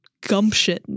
gumption